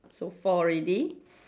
so four already